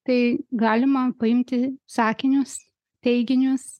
tai galima paimti sakinius teiginius